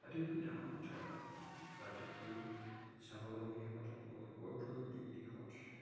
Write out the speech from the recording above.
আটাইতকৈ ডাঙৰ কথা বা আটাইতকৈ চাবলগীয়া কথাটো হ'ল অৰ্থনৈতিক দিশত